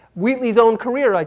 wheatley's own career, like